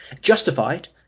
Justified